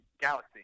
Galaxy